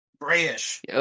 grayish